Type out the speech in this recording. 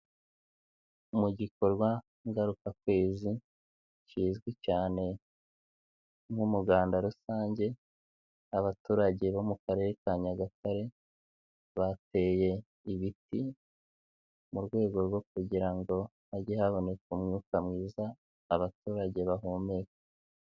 Mu gikorwa ngarukakwezi, kizwi cyane nk'umuganda rusange, abaturage bo mu Karere ka Nyagatare, bateye ibiti mu rwego rwo kugira ngo hajye haboneka umwuka mwiza abaturage bahumeka.